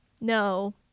no